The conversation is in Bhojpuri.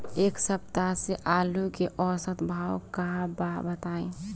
एक सप्ताह से आलू के औसत भाव का बा बताई?